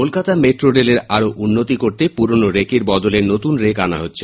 Kolkata metro রেলের আরও উন্নতি করতে পুরোনো রেকের বদলে নতুন রেক আনা হচ্ছে